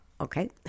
okay